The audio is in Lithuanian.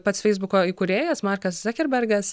pats feisbuko įkūrėjas markas zakerbergas